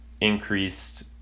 increased